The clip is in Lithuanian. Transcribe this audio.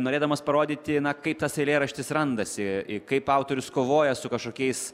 norėdamas parodyti kaip tas eilėraštis randasi kaip autorius kovoja su kažkokiais